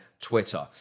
twitter